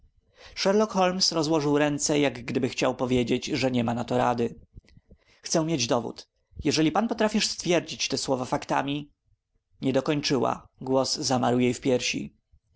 sherlock holmes rozłożył ręce jak gdyby chciał powiedzieć że niema na to rady chcę mieć dowód jeśli pan potrafisz stwierdzić te słowa faktami nie dokończyła głos zamarł w jej piersi